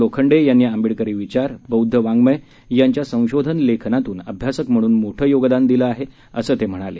लोखंडे यांनी आंबेडकरी विचार बौद्ध वाड़मय यांच्या संशोधन लेखनातून अभ्यासक म्हणून मोठे योगदान दिला आहे असं ते म्हणाले